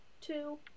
Two